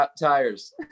tires